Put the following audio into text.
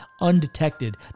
undetected